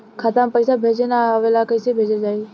खाता में पईसा भेजे ना आवेला कईसे भेजल जाई?